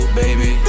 baby